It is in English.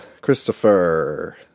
christopher